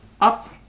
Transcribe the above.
up